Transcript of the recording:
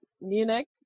Munich